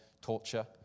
torture